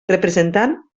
representant